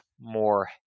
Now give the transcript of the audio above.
more